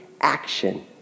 action